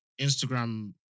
Instagram